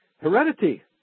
heredity